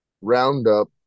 roundup